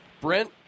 Brent